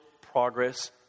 progress